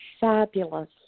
fabulous